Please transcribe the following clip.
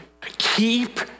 keep